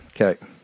Okay